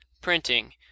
Printing